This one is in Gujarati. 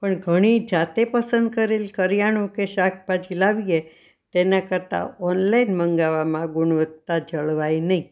પણ ઘણી જાતે પસંદ કરેલ કરિયાણું કે શાકભાજી લાવીએ તેનાં કરતાં ઓનલાઈન મંગાવવામાં ગુણવત્તા જળવાય નહીં